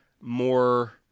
more